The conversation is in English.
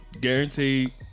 guaranteed